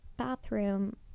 bathroom